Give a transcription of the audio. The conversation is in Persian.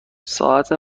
ساعت